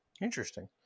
Interesting